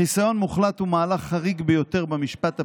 חיסיון מוחלט הוא מהלך חריג ביותר במשפט הפלילי,